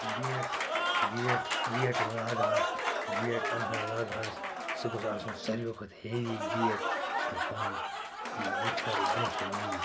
gate gate gate لاگہٕ ہاس gate اَنہٕ ہا لاگہٕ ہاس سُہ گوٚژھ آسُن ساروٕے کھۄتہٕ ہیوی گیٹ یہِ چھِ مےٚ پَنٕنۍ ٲں وُچھ ہا بہٕ برٛۄنٛہہ کُن یی